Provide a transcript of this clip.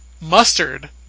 Mustard